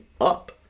up